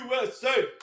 USA